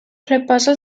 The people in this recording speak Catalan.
reposa